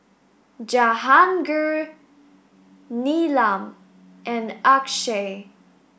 Jahangir Neelam and Akshay